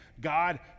God